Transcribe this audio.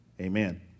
Amen